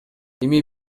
эми